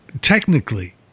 technically